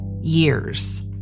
Years